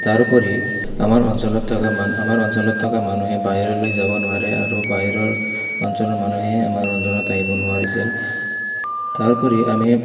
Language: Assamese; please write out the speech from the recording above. তাৰোপৰি আমাৰ অঞ্চলত থকা মা আমাৰ অঞ্চলত থকা মানুহে বাহিৰলৈ যাব নোৱাৰে আৰু বাহিৰৰ অঞ্চলৰ মানুহে আমাৰ অঞ্চলত আহিব নোৱাৰিছিল তাৰোপৰি আমি